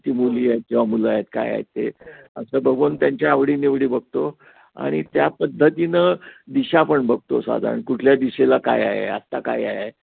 किती मुली आहेत किंवा मुलं आहेत काय आहेत ते असं बघून त्यांच्या आवडीनिवडी बघतो आणि त्या पद्धतीनं दिशा पण बघतो साधारण कुठल्या दिशेला काय आहे आत्ता काय आहे